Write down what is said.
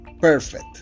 perfect